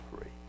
free